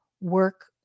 work